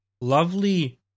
lovely